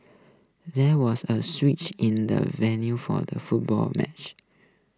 there was A switch in the venue for the football match